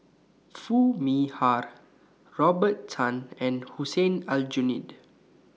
Foo Mee Har Robert Tan and Hussein Aljunied